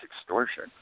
extortion